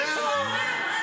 זהו, זה מה שהוא אמר?